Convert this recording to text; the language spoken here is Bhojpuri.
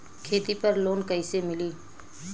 खेती पर लोन कईसे मिली?